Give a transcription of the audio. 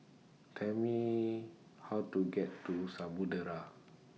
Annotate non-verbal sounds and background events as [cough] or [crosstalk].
Tell Me How to [noise] get to Samudera